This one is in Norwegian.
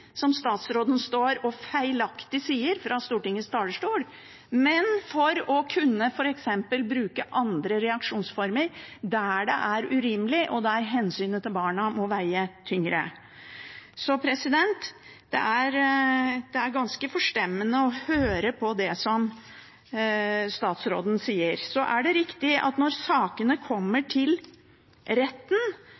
som statsråden feilaktig står og sier fra Stortingets talerstol, men for å kunne f.eks. bruke andre reaksjonsformer der det er urimelig, og der hensynet til barna må veie tyngre. Så det er ganske forstemmende å høre på det som statsråden sier. Det er riktig at når sakene kommer